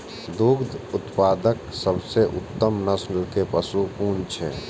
दुग्ध उत्पादक सबसे उत्तम नस्ल के पशु कुन छै?